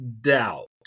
doubt